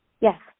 Yes